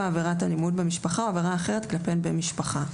עבירת אלימות במשפחה או עבירה אחרת כלפי בן משפחה.